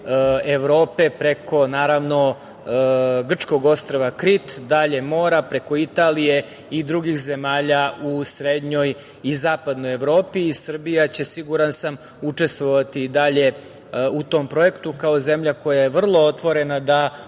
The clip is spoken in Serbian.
preko grčkog ostrva Krit, dalje mora, preko Italije i drugih zemalja u srednjoj i zapadnoj Evropi i Srbija će, siguran sam, učestvovati i dalje u tom projektu, kao zemlja koja je vrlo otvorena da u